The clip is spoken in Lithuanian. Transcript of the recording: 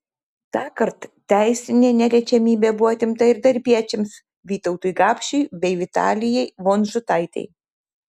tąkart teisinė neliečiamybė buvo atimta ir darbiečiams vytautui gapšiui bei vitalijai vonžutaitei